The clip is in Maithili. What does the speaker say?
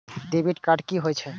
डेबिट कार्ड की होय छे?